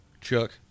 Chuck